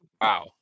Wow